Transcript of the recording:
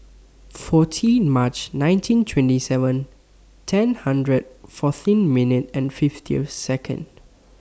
fourteen March nineteen twenty seven ten hundred fourteen minutes and fifty Second